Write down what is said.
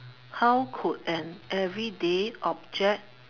how could an everyday object